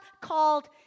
called